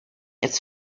its